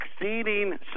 exceeding